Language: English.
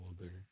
older